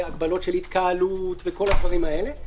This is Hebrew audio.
הגבלות של התקהלות וכל הדברים האלה.